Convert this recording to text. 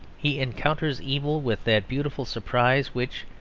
he encounters evil with that beautiful surprise which,